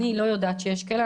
אני לא יודעת שיש כאלה,